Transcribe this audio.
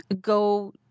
go